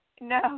no